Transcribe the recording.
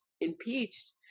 impeached